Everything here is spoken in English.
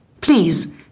Please